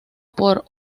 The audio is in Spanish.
por